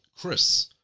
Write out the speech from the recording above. Chris